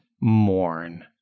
mourn